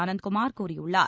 அனந்த்குமார் கூறியுள்ளார்